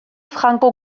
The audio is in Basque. franco